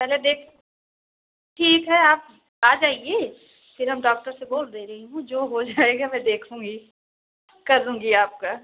पहले देख ठीक है आप आ जाइए फिर हम डॉक्टर से बोल दे रही हूँ जो हो जाएगा मैं देखूँगी कर दूँगी आपका